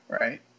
right